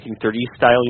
1930s-style